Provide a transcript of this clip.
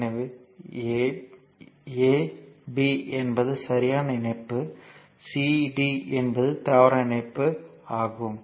எனவே a b என்பது சரியான இணைப்பு c d என்பது தவறான இணைப்பு ஆகும்